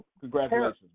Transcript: congratulations